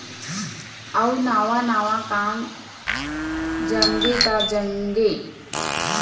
अउ नवा नवा काम जमगे त जमगे